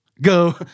go